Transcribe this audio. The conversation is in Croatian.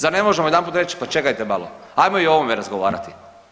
Zar ne možemo jedanput reći pa čekajte malo, ajmo i o ovome razgovarati.